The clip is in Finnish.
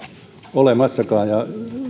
olemassakaan ja